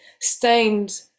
stained